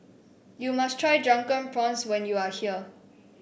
you must try Drunken Prawns when you are here